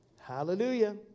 Hallelujah